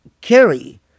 carry